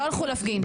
לא הלכו להפגין.